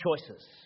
choices